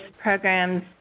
programs